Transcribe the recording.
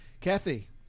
Kathy